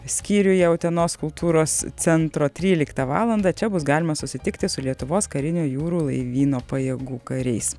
skyriuje utenos kultūros centro tryliktą valandą čia bus galima susitikti su lietuvos karinio jūrų laivyno pajėgų kariais